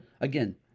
again